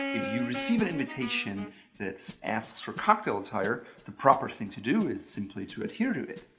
if you receive an invitation that asks for cocktail attire, the proper thing to do is simply to adhere to it.